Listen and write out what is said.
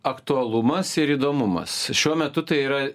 aktualumas ir įdomumas šiuo metu tai yra